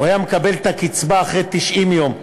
הוא היה מקבל את הקצבה אחרי 90 יום,